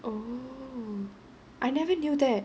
oh I never knew that